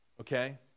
okay